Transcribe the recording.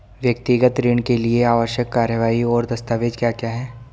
व्यक्तिगत ऋण के लिए आवश्यक कार्यवाही और दस्तावेज़ क्या क्या हैं?